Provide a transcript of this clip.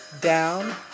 down